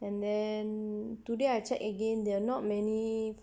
and then today I check again there are not many